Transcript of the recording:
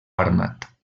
armat